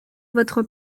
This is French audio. votre